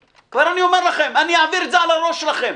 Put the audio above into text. כבר אני אומר לכם, אני אעביר את זה על הראש שלכם,